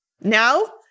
Now